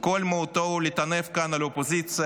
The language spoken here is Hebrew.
שכל מהותו היא לטנף כאן על האופוזיציה,